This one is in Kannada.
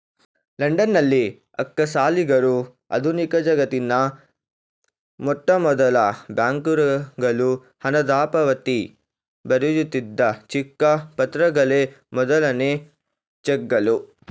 ಲಂಡನ್ನಿನ ಅಕ್ಕಸಾಲಿಗರು ಆಧುನಿಕಜಗತ್ತಿನ ಮೊಟ್ಟಮೊದಲ ಬ್ಯಾಂಕರುಗಳು ಹಣದಪಾವತಿ ಬರೆಯುತ್ತಿದ್ದ ಚಿಕ್ಕ ಪತ್ರಗಳೇ ಮೊದಲನೇ ಚೆಕ್ಗಳು